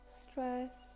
stress